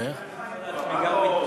אני צריך למצוא גם לעצמי ריטואל.